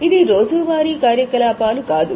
ఇది రోజువారీ కార్యకలాపాలు కాదు